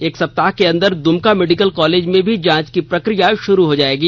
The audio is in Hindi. एक सप्ताह के अन्दर दुमका मेडिकल कॉलेज में भी जांच की प्रक्रिया शुरू हो जाएगी